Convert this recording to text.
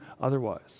otherwise